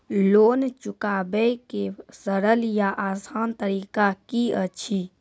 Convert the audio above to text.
Loan चुकाबै के सरल या आसान तरीका की अछि?